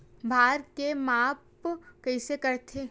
भार के माप कइसे करथे?